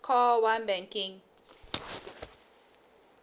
call one banking